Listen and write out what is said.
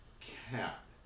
cap